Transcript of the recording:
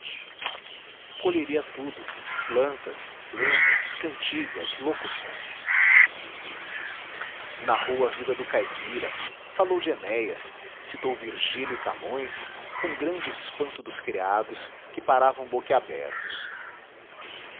colheria tudo plantas lendas cantigas locuções narrou a vida do caipira falou de enéias citou virgílio e camões com grande espanto dos criados que paravam boquiabertos